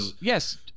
Yes